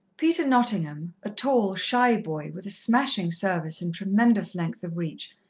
peter nottingham, a tall, shy boy with a smashing service and tremendous length of reach,